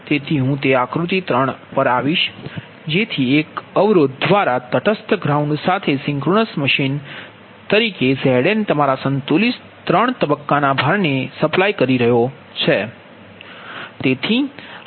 તેથી હું તે આકૃતિ 3 પર આવીશ જેથી એક અવરોધ દ્વારા તટસ્થ ગ્રાઉન્ડ સાથે સિંક્રનસ મશીન તરીકે મશીન Zn તમારા સંતુલિત 3 તબક્કાના ભારને સપ્લાય કરે છે